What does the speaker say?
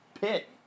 pit